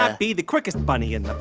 ah be the quickest bunny in